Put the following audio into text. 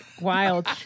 wild